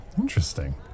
Interesting